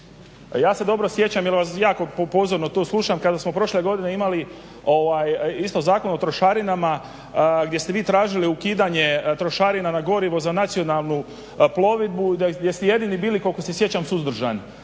Ja se dobro sjećam jel vas jako pozorno tu slušam kada smo prošle godine imali isto Zakon o trošarinama gdje ste vi tražili ukidanje trošarina na gorivo za nacionalnu plovidbu gdje ste jedini bili koliko se sjećam suzdržani,